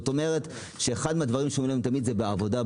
אחד מהדברים שעונים תמיד: זה בעבודה,